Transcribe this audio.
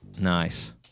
Nice